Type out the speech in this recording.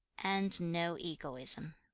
and no egoism.